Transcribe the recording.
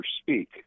speak